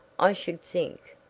i should think.